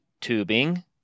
tubing